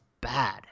bad